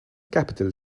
capital